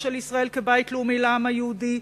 של ישראל כבית לאומי לעם היהודי,